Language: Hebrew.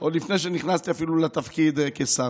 עוד לפני שנכנסתי אפילו לתפקיד כשר